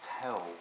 tell